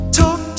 talk